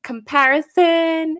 Comparison